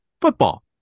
football